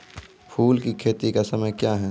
फुल की खेती का समय क्या हैं?